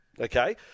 Okay